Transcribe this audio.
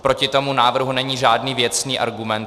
Proti tomu návrhu není žádný věcný argument.